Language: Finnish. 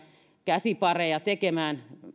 käsipareja tekemään